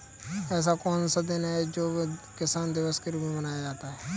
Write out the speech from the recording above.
ऐसा कौन सा दिन है जो किसान दिवस के रूप में मनाया जाता है?